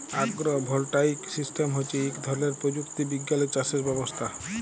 আগ্র voltaic system হচ্যে ইক ধরলের প্রযুক্তি বিজ্ঞালের চাসের ব্যবস্থা